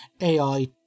AI